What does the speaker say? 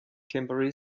temporary